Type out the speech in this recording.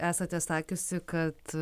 esate sakiusi kad